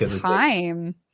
time